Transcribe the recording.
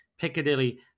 Piccadilly